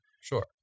Sure